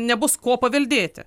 nebus ko paveldėti